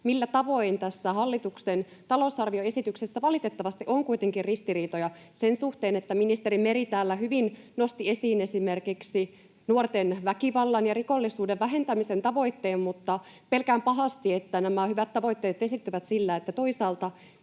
millä tavoin tässä hallituksen talousarvioesityksessä valitettavasti on kuitenkin ristiriitoja sen suhteen, että ministeri Meri täällä hyvin nosti esiin esimerkiksi nuorten väkivallan ja rikollisuuden vähentämisen tavoitteen. Mutta pelkään pahasti, että nämä hyvät tavoitteet vesittyvät sillä, että toisaalta